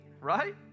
right